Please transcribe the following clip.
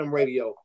radio